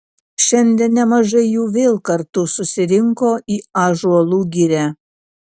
šiandien nemažai jų vėl kartu susirinko į ąžuolų girią